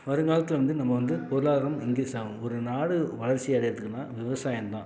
வருங்காலத்தில் வந்து நம்ம வந்து பொருளாதாரம் இன்கிரீஸ் ஆகும் ஒரு நாடு வளர்ச்சி அடையிறத்துக்குன்னா விவசாயம் தான்